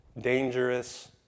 dangerous